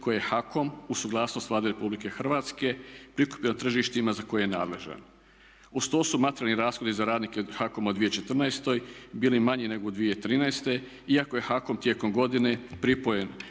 koje je HAKOM uz suglasnost Vlade Republike Hrvatske prikupio na tržištima za koje je nadležan. Uz to su materijalni rashodi za radnike HAKOM-a u 2014. bili manji nego u 2013. iako je HAKOM tijekom godine pripojen